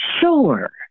Sure